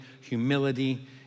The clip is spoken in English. humility